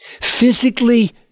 Physically